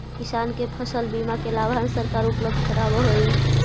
किसान के फसल बीमा के लाभ सरकार उपलब्ध करावऽ हइ